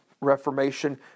Reformation